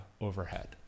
overhead